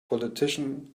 politician